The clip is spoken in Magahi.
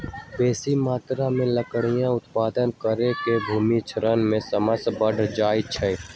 बेशी मत्रा में लकड़ी उत्पादन करे से भूमि क्षरण के समस्या बढ़ जाइ छइ